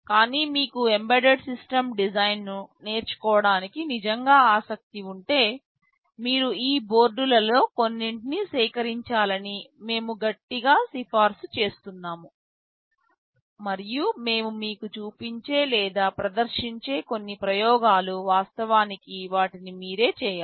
కానీ మీకు embedded system డిజైన్ను నేర్చుకోవటానికి నిజంగా ఆసక్తి ఉంటే మీరు ఈ బోర్డులలో కొన్నింటిని సేకరించాలని మేము గట్టిగా సిఫార్సు చేస్తున్నాము మరియు మేము మీకు చూపించే లేదా ప్రదర్శించే కొన్ని ప్రయోగాలు వాస్తవానికి వాటిని మీరే చేయాలి